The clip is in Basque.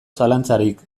zalantzarik